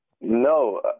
no